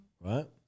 right